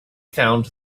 found